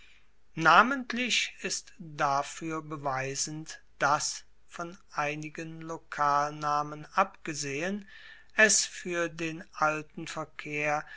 namentlich ist dafuer beweisend dass von einigen lokalnamen abgesehen es fuer den alten verkehr